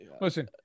Listen –